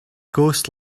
ghost